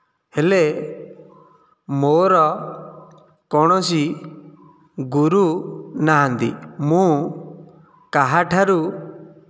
ହେଲେ ମୋର କୌଣସି ଗୁରୁ ନାହାନ୍ତି ମୁଁ କାହାଠାରୁ